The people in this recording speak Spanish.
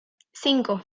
cinco